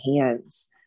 hands